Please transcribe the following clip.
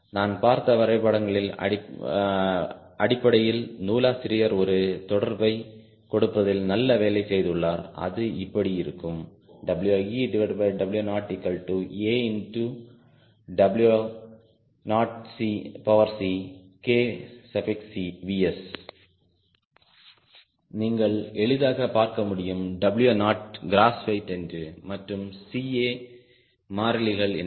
நான் பார்த்த வரைபடத்தின் அடிப்படையில் நூலாசிரியர் ஒரு தொடர்பை கொடுப்பதில் நல்ல வேலை செய்துள்ளார் அது இப்படி இருக்கும் WeW0AW0cKvs நீங்கள் எளிதாக பார்க்க முடியும் W0கிராஸ் வெயிட் என்று மற்றும் CA மாறிலிகள் என்று